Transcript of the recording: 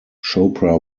chopra